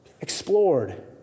explored